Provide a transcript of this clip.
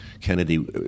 Kennedy